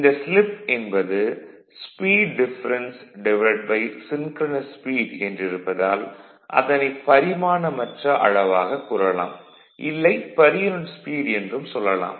இந்த ஸ்லிப் என்பது speed difference synchronous speed Speed DifferenceSynchronous Speed என்றிருப்பதால் அதனைப் பரிமாணமற்ற அளவாகக் கூறலாம் இல்லை பெர் யூனிட் ஸ்பீடு என்றும் சொல்லலாம்